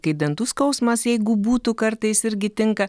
kai dantų skausmas jeigu būtų kartais irgi tinka